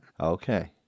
Okay